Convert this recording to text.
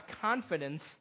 confidence